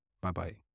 Bye-bye